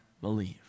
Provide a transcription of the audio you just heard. believe